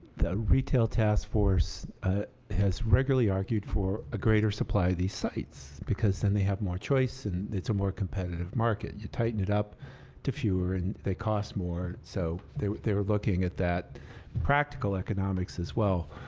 that retail task force has regularly argued for a greater supply of these sites because then they have more choice and it's a more competitive market. you tighten it up to fewer and they cost more. so they they are looking at that practical economics as well.